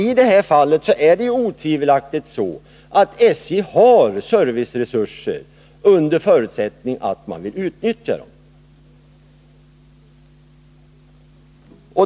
I det här fallet är det ju otvivelaktigt så att SJ har serviceresurser, under förutsättning att SJ vill utnyttja dem.